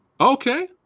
Okay